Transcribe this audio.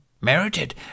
Merited